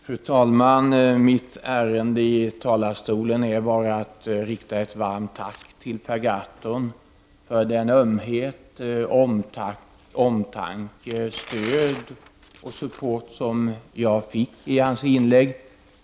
Fru talman! Mitt ärende i talarstolen är bara att rikta ett varmt tack till Per Gahrton för den ömhet, omtanke, det stöd och den support som jag fick i hans anförande.